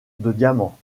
diamants